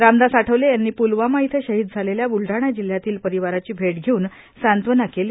रामदास आठवले यांनी प्लवामा इथं शहीद झालेल्या ब्लडाणा जिल्हयातील परिवाराची भेट घेऊन सांत्वना केली